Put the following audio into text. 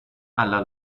alla